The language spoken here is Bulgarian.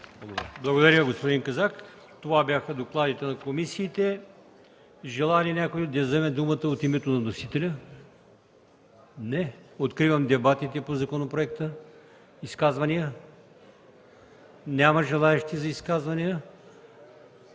Благодаря Ви, господин Казак. Това бяха докладите на комисиите. Желае ли някой да вземе думата от името на вносителя? Няма желаещи. Откривам дебатите по законопроекта. Изказвания? Няма желаещи за изказвания.